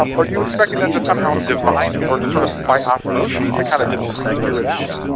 um are you expecting them to somehow divine it or just sort of by osmosis to kind of just figure it out